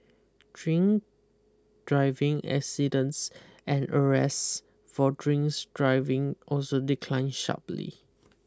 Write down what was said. drink driving accidents and arrests for drinks driving also declined sharply